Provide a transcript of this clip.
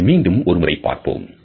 இதை மீண்டும் ஒரு முறை பார்ப்போம்